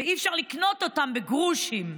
ואי-אפשר לקנות אותם בגרושים.